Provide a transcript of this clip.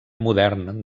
modern